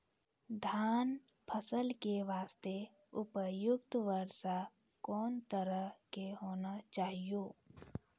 धान फसल के बास्ते उपयुक्त वर्षा कोन तरह के होना चाहियो?